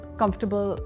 comfortable